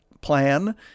plan